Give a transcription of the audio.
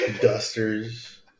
Dusters